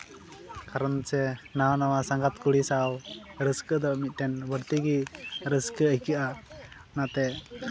ᱠᱟᱨᱚᱱ ᱪᱮ ᱱᱟᱣᱟ ᱱᱟᱣᱟ ᱥᱟᱸᱜᱟᱛ ᱠᱩᱲᱤ ᱥᱟᱶ ᱨᱟᱹᱥᱠᱟᱹ ᱫᱚ ᱢᱤᱫᱴᱮᱱ ᱵᱟᱹᱲᱛᱤᱜᱮ ᱨᱟᱹᱥᱠᱟᱹ ᱟᱹᱭᱠᱟᱹᱜᱼᱟ ᱚᱱᱟᱛᱮ